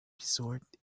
resort